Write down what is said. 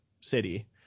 city